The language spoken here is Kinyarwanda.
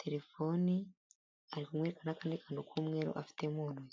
telefoni, ari kumwereka n'akandi kantu k'umweru afite mu ntoki.